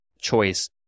choice